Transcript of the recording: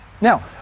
Now